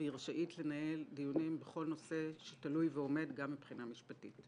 והיא רשאית לנהל דיונים בכל נושא שתלוי ועומד גם מבחינה משפטית.